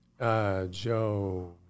Joe